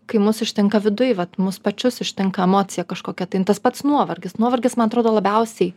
kai mus ištinka viduj vat mus pačius ištinka emocija kažkokia tai tas pats nuovargis nuovargis man atrodo labiausiai